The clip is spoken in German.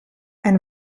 ein